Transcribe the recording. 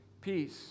peace